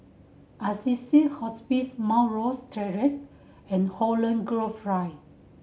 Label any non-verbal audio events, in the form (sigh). Assisi Hospice Mount Rosie Terrace and Holland Grove (unintelligible)